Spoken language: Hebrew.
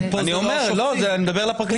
אני מדבר על הפרקליטות.